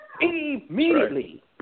Immediately